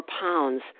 pounds